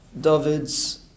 David's